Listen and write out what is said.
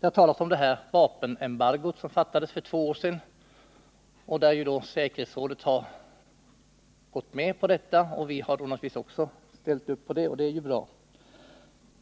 Det har talats om det vapenembargo som kom till för två år sedan — som säkerhetsrådet gått med på och som vi naturligtvis ställt upp på. Och det är självfallet bra.